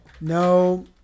No